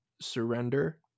surrender